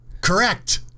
Correct